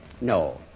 No